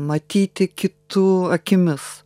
matyti kitų akimis